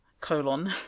colon